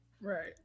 Right